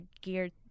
geared